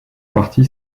partie